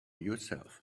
yourself